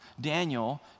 Daniel